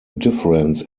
difference